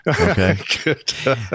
Okay